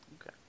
Okay